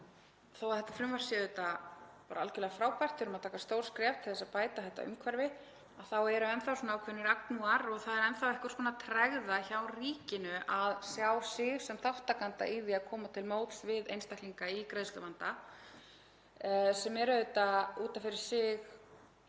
Þó að þetta frumvarp sé bara algjörlega frábært, við erum að stíga stór skref til að bæta þetta umhverfi, þá eru enn þá ákveðnir agnúar og það er enn þá einhvers konar tregða hjá ríkinu við að sjá sig sem þátttakanda í því að koma til móts við einstaklinga í greiðsluvanda, sem er auðvitað út af fyrir sig